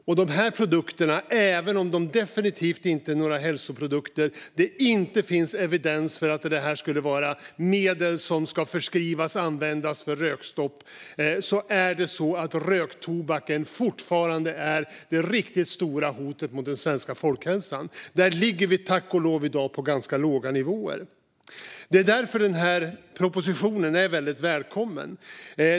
Även om dessa produkter definitivt inte är några hälsoprodukter, och det inte finns evidens för att det skulle vara medel som ska förskrivas och användas för rökstopp, är röktobaken fortfarande det riktigt stora hotet mot den svenska folkhälsan. Där ligger vi tack och lov i dag på ganska låga nivåer. Det är därför propositionen är väldigt välkommen.